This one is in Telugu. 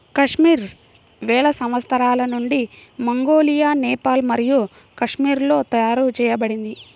కాశ్మీర్ వేల సంవత్సరాల నుండి మంగోలియా, నేపాల్ మరియు కాశ్మీర్లలో తయారు చేయబడింది